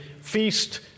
feast